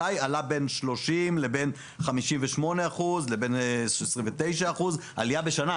בין 30% לבין 58% לבין 29% עלייה בשנה.